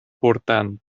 portant